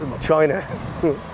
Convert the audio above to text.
China